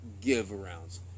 give-arounds